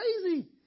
crazy